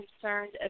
concerned